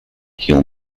he’ll